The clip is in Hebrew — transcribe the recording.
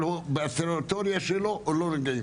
אם היא בטריטוריה שלו לא נוגעים.